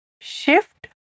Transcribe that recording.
Shift